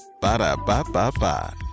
Ba-da-ba-ba-ba